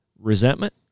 resentment